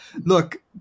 look